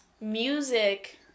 music